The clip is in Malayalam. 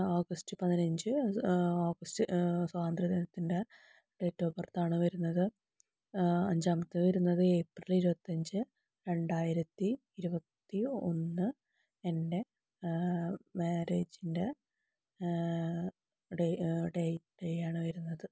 ഓഗസ്റ്റ് പതിനഞ്ച് ഓഗസ്റ്റ് സ്വാതന്ത്ര്യ ദിനത്തിന്റെ ഡേറ്റ് ഓഫ് ബര്ത്ത് ആണ് വരുന്നത് അഞ്ചാമത് വരുന്നത് ഏപ്രില് ഇരുപത്തഞ്ച് രണ്ടായിരത്തി ഇരുപത്തി ഒന്ന് എന്റെ മാര്യേജിന്റെ ഡേ ഡേയ് ഡേയാണു വരുന്നത്